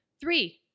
Three